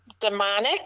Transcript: demonic